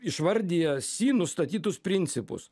išvardija si nustatytus principus